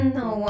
no